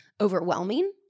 overwhelming